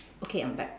okay I'm back